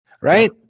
Right